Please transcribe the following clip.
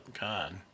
God